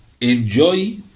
enjoy